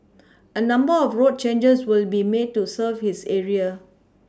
a number of road changes will be made to serve this area